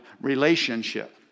relationship